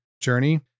journey